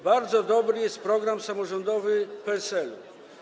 Bardzo dobry jest program samorządowy PSL-u.